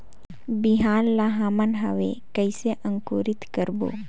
बिहान ला हमन हवे कइसे अंकुरित करबो?